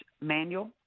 manual